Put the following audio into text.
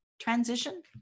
transition